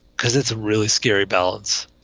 because it's a really scary balance.